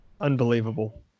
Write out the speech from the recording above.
Unbelievable